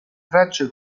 tracce